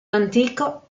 antico